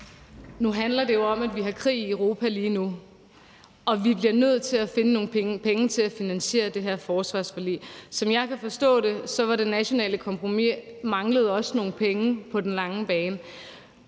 Nu handler det jo om, at vi har krig i Europa lige nu, og vi bliver nødt til at finde nogle penge til at finansiere det her forsvarsforlig. Som jeg kan forstå det, manglede det nationale kompromis også nogle penge på den lange bane.